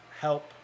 help